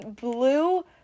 Blue